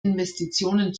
investitionen